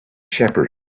shepherd